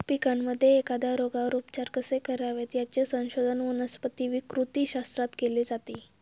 पिकांमध्ये एखाद्या रोगावर उपचार कसे करावेत, याचे संशोधन वनस्पती विकृतीशास्त्रात केले जाते